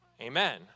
Amen